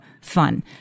fun